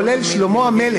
לא קראת אותי פעם ראשונה.